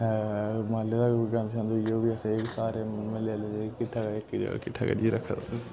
मालै दा बी कोई गंद शंद होई गेहा ओह् बी अस सारे म्हल्लें आह्लें जेह्का किट्ठा करियै इक जगह् किट्ठा करियै रक्खे दा